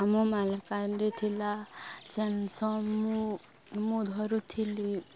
ଆମ ମାଲକାନରେ ଥିଲା ସେନ୍ସ ମୁଁ ମୁଁ ଧରୁଥିଲି